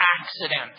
accident